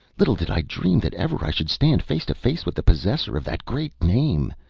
little did i dream that ever i should stand face to face with the possessor of that great name.